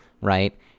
Right